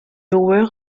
lower